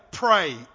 Pray